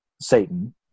Satan